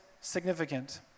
significant